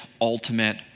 ultimate